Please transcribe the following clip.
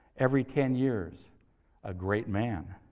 every ten years a great man.